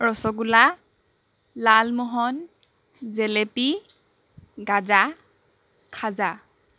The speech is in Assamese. ৰসগোল্লা লালমোহন জেলেপি গাজা খাজা